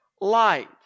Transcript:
light